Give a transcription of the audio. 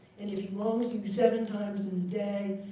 and if he wrongs you seven times in a day,